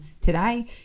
today